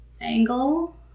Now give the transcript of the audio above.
angle